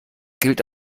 gilt